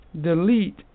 delete